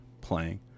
playing